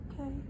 Okay